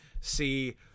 see